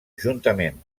juntament